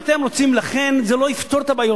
לכן זה לא יפתור את הבעיות.